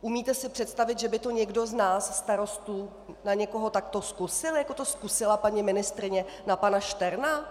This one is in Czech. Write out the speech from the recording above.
Umíte si představit, že by to někdo z nás starostů na někoho takto zkusil, jako to zkusila paní ministryně na pana Šterna?